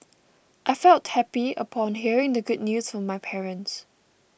I felt happy upon hearing the good news from my parents